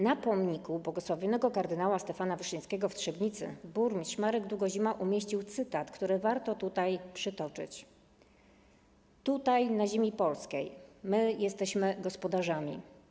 Na pomniku bł. kard. Stefana Wyszyńskiego w Trzebnicy burmistrz Marek Długozima umieścił cytat, który warto tutaj przytoczyć: Tutaj, na ziemi polskiej, my jesteśmy gospodarzami.